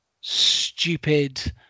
stupid